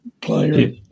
player